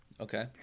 Okay